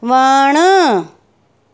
वणु